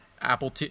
Apple